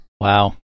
Wow